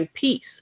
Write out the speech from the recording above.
peace